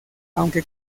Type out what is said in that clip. aunque